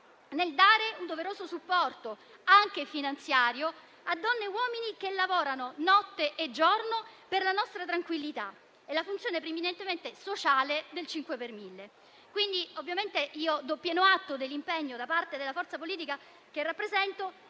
nel dare un doveroso supporto, anche finanziario, a donne e uomini che lavorano notte e giorno per la nostra tranquillità, e la funzione preminentemente sociale del 5 per mille. Do quindi pieno atto dell'impegno della forza politica che rappresento